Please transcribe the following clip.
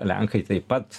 lenkai taip pat